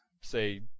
say